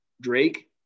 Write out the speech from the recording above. Drake